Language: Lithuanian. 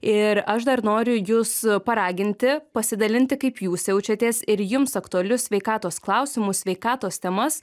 ir aš dar noriu jus paraginti pasidalinti kaip jūs jaučiatės ir jums aktualius sveikatos klausimus sveikatos temas